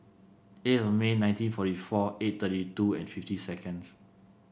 eight of May nineteen forty four twenty thirty two and fifty seconds